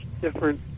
different